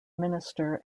minister